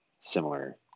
similar